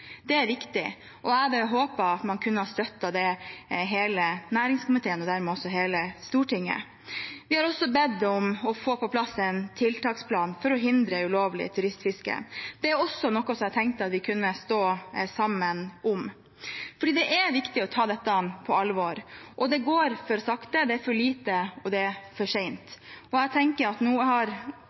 Det er viktig, og jeg hadde håpet at hele næringskomiteen kunne ha støttet det, og dermed også hele Stortinget. Vi har også bedt om å få på plass en tiltaksplan for å hindre ulovlig turistfiske. Det er også noe jeg tenkte vi kunne stå sammen om, for det er viktig å ta dette på alvor, og det går for sakte. Det er for lite, og det er for sent. Jeg tenker at nå har